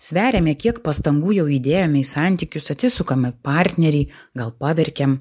sveriame kiek pastangų jau įdėjome į santykius atsisukam į partnerį gal paverkėm